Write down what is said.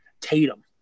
Tatum